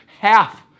half